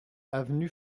avenue